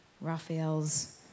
Raphael's